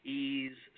ease